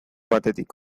batetik